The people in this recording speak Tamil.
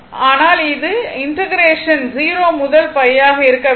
ஆனால் இது r இன்டெக்ரேஷன் 0 முதல் π ஆக இருக்க வேண்டும்